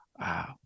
wow